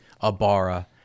Abara